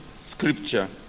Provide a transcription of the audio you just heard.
scripture